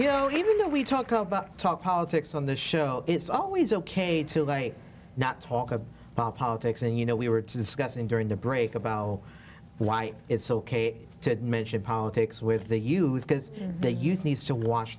you know even though we talk about talk politics on the show it's always ok to lay not talk about politics and you know we were discussing during the break about why it's ok to mention politics with the youth because the youth needs to watch